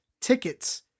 tickets